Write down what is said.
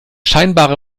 scheinbare